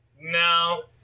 No